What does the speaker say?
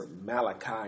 Malachi